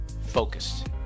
Focused